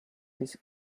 this